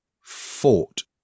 fought